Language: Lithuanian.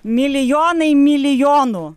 milijonai milijonų